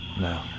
No